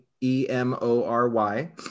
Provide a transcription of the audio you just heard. E-M-O-R-Y